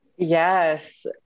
Yes